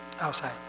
outside